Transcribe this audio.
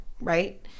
right